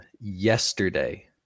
Yesterday